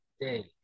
day